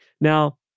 now